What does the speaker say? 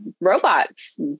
robots